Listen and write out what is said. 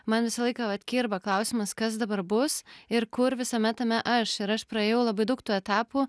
man visą laiką vat kirba klausimas kas dabar bus ir kur visame tame aš ir aš praėjau labai daug tų etapų